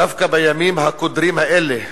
דווקא בימים הקודרים האלה,